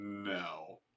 No